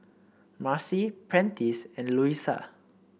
Marcy Prentice and Luisa